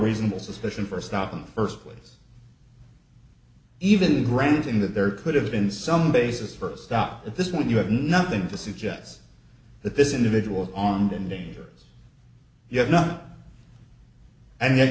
reasonable suspicion for a stop on the first place even granting that there could have been some basis for a stop at this point you have nothing to suggest that this individual on the endangers you have nothing and